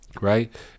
Right